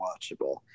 watchable